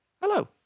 Hello